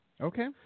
Okay